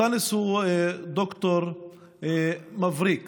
אנטאנס הוא ד"ר מבריק